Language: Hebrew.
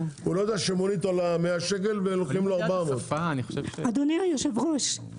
הוא לא יודע שמונית עולה 100 שקל ולוקחים לו 400. אדוני היושב ראש,